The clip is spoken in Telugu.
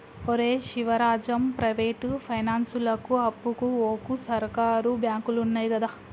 ఒరే శివరాజం, ప్రైవేటు పైనాన్సులకు అప్పుకు వోకు, సర్కారు బాంకులున్నయ్ గదా